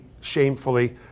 shamefully